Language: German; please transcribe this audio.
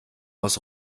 aus